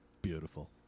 Beautiful